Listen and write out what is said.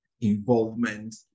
involvement